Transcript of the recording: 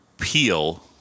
peel